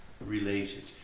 related